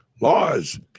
laws